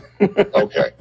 Okay